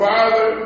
Father